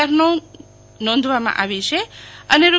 R નો ંધવામાં આવી છે અને રૂ